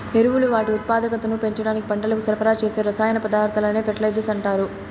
ఎరువులు వాటి ఉత్పాదకతను పెంచడానికి పంటలకు సరఫరా చేసే రసాయన పదార్థాలనే ఫెర్టిలైజర్స్ అంటారు